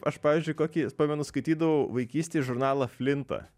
aš pavyzdžiui kokį pamenu skaitydavau vaikystėj žurnalą flintą